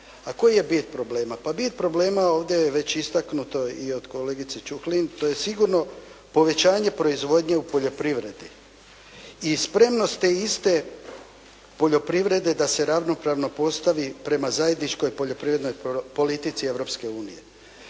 A koji je bit problema? Pa bit problema, ovdje je već istaknuto i od kolegice Čuhnil, to je sigurno povećanje proizvodnje u poljoprivredi i spremnost te iste poljoprivrede da se ravnopravno postavi prema zajedničkoj poljoprivrednoj politici Europske unije.